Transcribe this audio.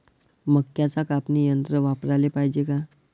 मक्क्याचं कापनी यंत्र वापराले पायजे का?